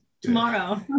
tomorrow